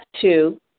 two